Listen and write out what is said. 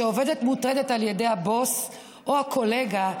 כשעובדת מוטרדת על ידי הבוס או הקולגה,